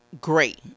great